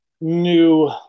new